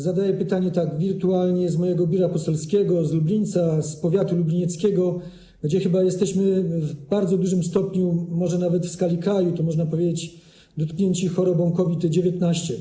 Zadaję pytanie wirtualnie z mojego biura poselskiego, z Lublińca, z powiatu lublinieckiego, gdzie jesteśmy w bardzo dużym stopniu, może nawet w skali kraju, można powiedzieć, dotknięci chorobą COVID-19.